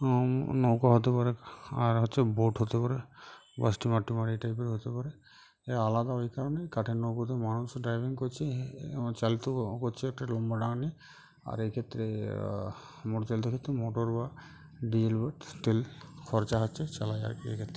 নৌকা হতে পারে আর হচ্ছে বোট হতে পারে এই টাইপের হতে পারে এ আলাদা ওই কারণে কাঠের নৌকাতে মানুষ ডাইভিং করছে চালতে করছে একটা লম্বা দাড় নিয়ে আর এই ক্ষেত্রে মোটর চালাতে ক্ষেত্রে মোটর বা ডিজেল বহুত তেল খরচা হচ্ছে চালায় আর কি এই ক্ষেত্রে